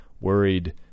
worried